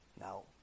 Now